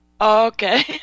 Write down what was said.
Okay